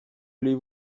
allez